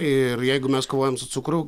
ir jeigu mes kovojam su cukrum